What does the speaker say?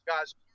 guys